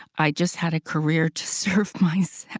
i just had a career to serve myself.